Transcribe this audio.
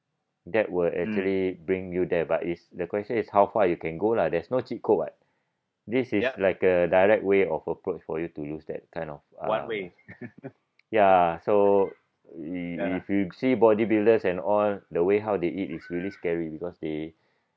that will actually bring you there but it's the question is how far you can go lah there's no cheat code what this is like a direct way of approach for you to use that kind of uh ya so if you see bodybuilders and all the way how they eat is really scary because they